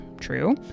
true